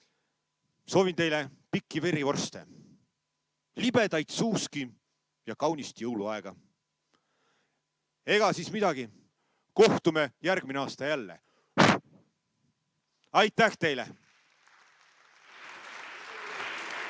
Soovin teile pikki verivorste, libedaid suuski ja kaunist jõuluaega. Ega siis midagi, kohtume järgmine aasta jälle. Aitäh teile!